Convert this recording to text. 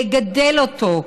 לגדל אותו,